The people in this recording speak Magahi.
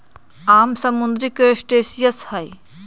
आम समुद्री क्रस्टेशियंस हई